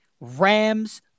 Rams